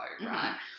right